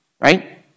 right